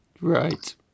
Right